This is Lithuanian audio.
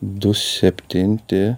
du septinti